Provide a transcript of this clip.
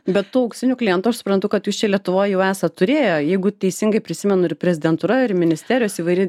bet tų auksinių klientų aš suprantu kad jūs čia lietuvoj jau esat turėję jeigu teisingai prisimenu ir prezidentūra ir ministerijos įvairi